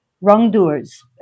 wrongdoers